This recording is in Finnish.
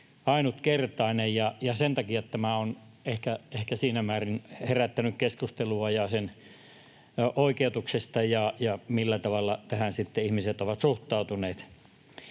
ainutkertainen, ja sen takia tämä on ehkä siinä määrin herättänyt keskustelua sen oikeutuksesta ja siitä, millä tavalla tähän ihmiset ovat suhtautuneet.